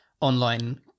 online